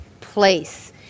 place